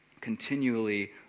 continually